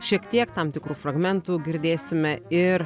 šiek tiek tam tikrų fragmentų girdėsime ir